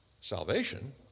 salvation